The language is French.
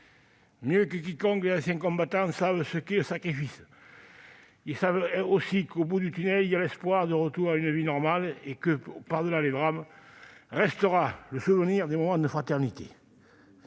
Mieux que quiconque, les anciens combattants savent ce qu'est le sacrifice. Ils savent aussi que, au bout du tunnel, il y a l'espoir du retour à une vie normale et que, par-delà les drames, restera le souvenir des moments de fraternité.